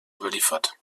überliefert